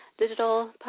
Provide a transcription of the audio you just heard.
digital